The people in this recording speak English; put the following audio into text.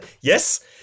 Yes